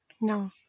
No